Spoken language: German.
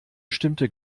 stimmte